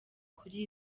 kuri